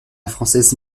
française